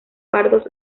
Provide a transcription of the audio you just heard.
pardos